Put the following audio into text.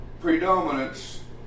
predominance